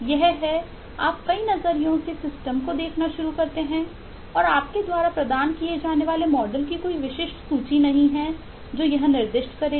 यही है आप कई नजरियों से सिस्टम को देखना शुरू करते हैं और आपके द्वारा प्रदान किए जाने वाले मॉडल की कोई विशिष्ट सूची नहीं है जो यह निर्दिष्ट करेगा